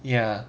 ya